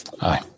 Aye